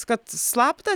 kad slapta